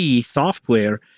software